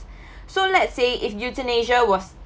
so let's say if euthanasia was